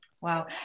Wow